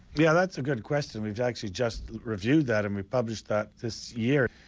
yeah that's a good question we've actually just reviewed that, and we published that this year,